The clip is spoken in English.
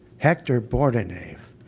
hector bordenave,